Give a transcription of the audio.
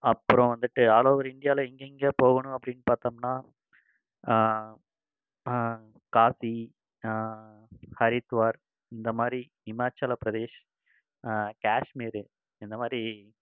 அப்பறம் வந்துட்டு ஆலோவர் இந்தியாவில எங்கெங்கயோ போகணும் அப்படின் பார்த்தம்னா காசி ஹரித்வார் இந்த மாதிரி ஹிமாச்சலபிரதேஷ் கேஷ்மீர் இந்த மாதிரி